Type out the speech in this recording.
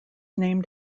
named